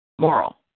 moral